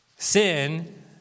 Sin